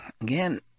again